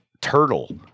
turtle